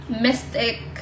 mystic